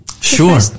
Sure